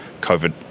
COVID